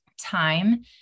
time